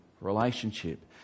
relationship